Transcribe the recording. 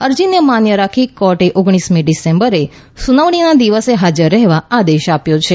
અરજીને માન્ય રાખી કોર્ટે ઓગણીસમી ડિસેમ્બરે સુનાવણીનાં દિવસે હાજર રહેવા આદેશ આપ્યો છે